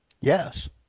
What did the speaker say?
Yes